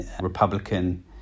Republican